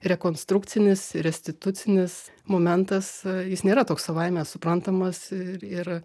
rekonstrukcinis restitucinis momentas jis nėra toks savaime suprantamas ir ir